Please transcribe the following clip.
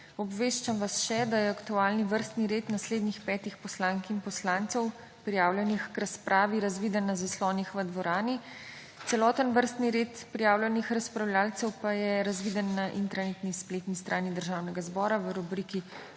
Obveščam vas še, da je aktualni vrstni red naslednjih petih poslank in poslancev prijavljenih k razpravi razvideno na zaslonih v dvorani. Celoten vrstni red prijavljenih razpravljavcev pa je razviden na intranetni spletni strani Državnega zbora v rubriki